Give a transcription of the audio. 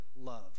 love